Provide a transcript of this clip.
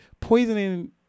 poisoning